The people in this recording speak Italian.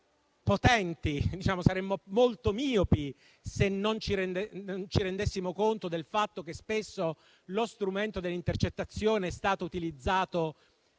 potenti e saremmo molto miopi se non ci rendessimo conto del fatto che spesso lo strumento delle intercettazioni è stato utilizzato